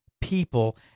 people